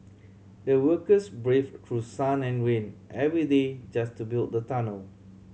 the workers brave through sun and rain every day just to build the tunnel